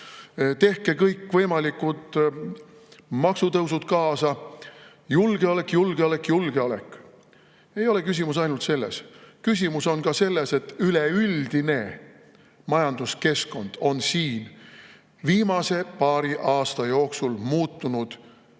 tehke kõikvõimalikud maksutõusud kaasa. Julgeolek, julgeolek, julgeolek! Ei ole küsimus ainult selles. Küsimus on ka selles, et üleüldine majanduskeskkond on siin viimase paari aasta jooksul muutunud kasumliku